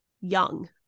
young